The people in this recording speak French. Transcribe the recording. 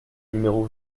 numéro